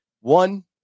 One